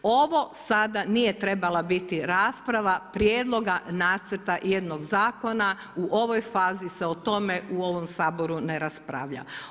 Ovo sada nije trebala biti rasprava prijedloga nacrta jednog zakona, u ovoj fazi se o tome u ovom Saboru ne raspravlja.